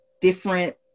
different